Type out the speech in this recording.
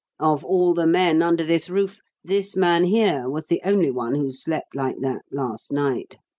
of all the men under this roof, this man here was the only one who slept like that last night!